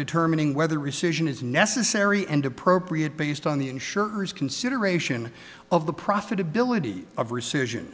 determining whether rescission is necessary and appropriate based on the insurers consideration of the profitability of rescission